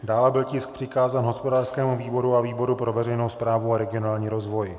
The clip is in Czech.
Dále byl tisk přikázán hospodářskému výboru a výboru pro veřejnou správu a regionální rozvoj.